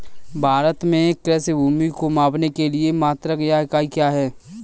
भारत में कृषि भूमि को मापने के लिए मात्रक या इकाई क्या है?